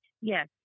Yes